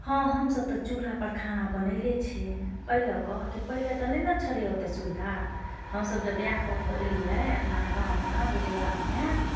हँ हमसभ तऽ चूल्हापर खाना बनैले छियै एहि लऽ कऽ कि पहले तऽ नहि ने छेलै ओतेक सुविधा हमसभ जब विवाह कऽ के एलियै अपना गाममे जजुआरमे